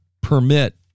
permit